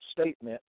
statement